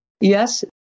Yes